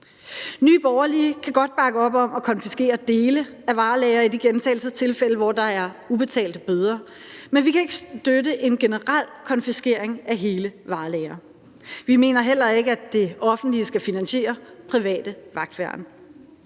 Nye Borgerlige kan godt bakke op om at konfiskere dele af varelagre i de gentagelsestilfælde, hvor der er ubetalte bøder, men vi kan ikke støtte en generel konfiskering af hele varelagre. Vi mener heller ikke, at det offentlige skal finansiere private vagtværn.